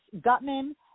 gutman